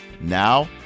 Now